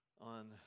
on